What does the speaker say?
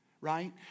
right